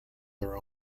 their